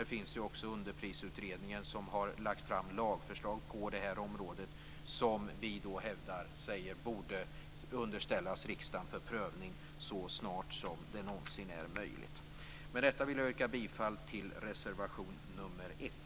Underprisutredningen har också lagt fram lagförslag på detta område som - enligt vad vi hävdar - borde underställas riksdagen för prövning så snart som det någonsin är möjligt. Med det anförda vill jag yrka bifall till reservation nr 1.